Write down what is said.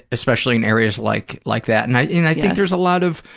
especially in areas like like that, and i think there's a lot of,